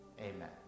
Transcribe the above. amen